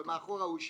אבל מאחורה הוא שמשון,